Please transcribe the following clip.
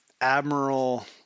Admiral